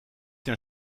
naar